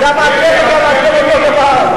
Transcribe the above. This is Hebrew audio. גם אתם וגם אתם אותו הדבר.